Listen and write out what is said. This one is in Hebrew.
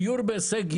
דיור בהישג יד,